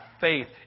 faith